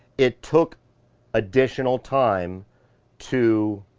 it took additional time to,